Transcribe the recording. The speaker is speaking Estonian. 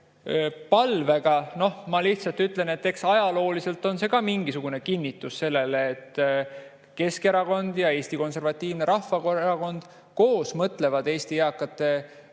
palvega. Noh, ma lihtsalt ütlen, et eks ajalooliselt on see ka mingisugune kinnitus sellele, et Keskerakond ja Eesti Konservatiivne Rahvaerakond koos mõtlevad Eesti eakate eest